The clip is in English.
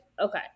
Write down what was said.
Okay